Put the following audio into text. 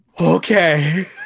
Okay